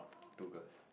two girls